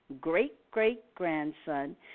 great-great-grandson